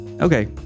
Okay